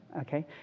Okay